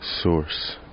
Source